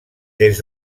des